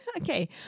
Okay